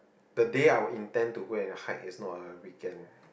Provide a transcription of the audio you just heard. the day I will intend to go and hike is not a weekend